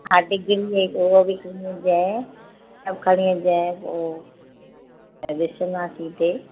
उहो बि खणी अचिजांइ सभु खणी अचिजांइ पोइ ऐं ॾिसंदासीं हिते